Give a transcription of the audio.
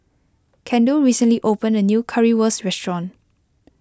Kendell recently opened a new Currywurst restaurant